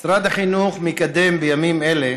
משרד החינוך מקדם בימים אלה